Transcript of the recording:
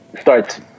starts